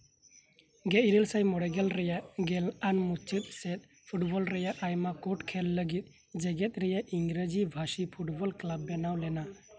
ᱜᱮ ᱤᱨᱟᱹᱞ ᱥᱟᱭ ᱢᱚᱬᱮ ᱜᱮᱞ ᱨᱮᱭᱟᱜ ᱜᱮᱞ ᱟᱱ ᱢᱩᱪᱟᱹᱫ ᱥᱮᱫ ᱯᱷᱩᱴᱵᱚᱞ ᱨᱮᱭᱟᱜ ᱟᱭᱢᱟ ᱠᱳᱴ ᱠᱷᱮᱞ ᱞᱟᱹᱜᱤᱫ ᱡᱮᱜᱮᱫ ᱨᱮᱭᱟᱜ ᱤᱝᱨᱮᱡᱤ ᱵᱷᱟᱥᱤ ᱯᱷᱩᱴᱵᱚᱞ ᱠᱮᱞᱟᱵᱽ ᱵᱮᱱᱟᱣ ᱞᱮᱱᱟ